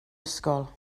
ysgol